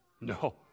No